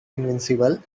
invincible